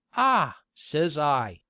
ah! says i,